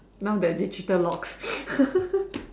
now there digital lock